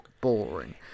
boring